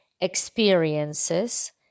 experiences